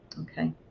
Okay